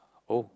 oh